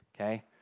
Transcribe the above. okay